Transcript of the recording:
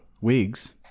Wigs